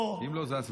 אם לא אז זו הצבעה.